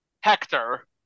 Hector